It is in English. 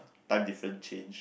time different change